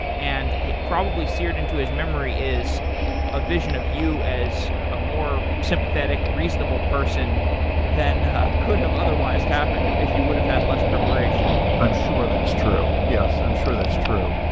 and probably seared into his memory is a vision of you as a more sympathetic, reasonable person than could have otherwise happened if you would've had less preparation. i'm sure that's true. yes, i'm sure that's true.